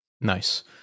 Nice